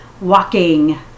Walking